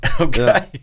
Okay